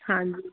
ਹਾਂਜੀ